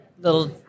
little